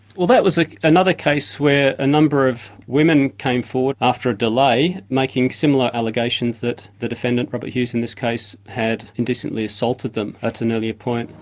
well, that was like another case where a number of women came forward after a delay, making similar allegations that the defendant, robert hughes in this case, had indecently assaulted them at an earlier point.